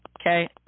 Okay